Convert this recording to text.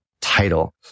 title